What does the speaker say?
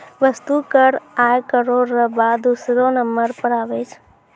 वस्तु कर आय करौ र बाद दूसरौ नंबर पर आबै छै